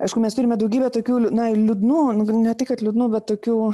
aišku mes turime daugybę tokių liū na liūdnų ne tai kad liūdnų bet tokių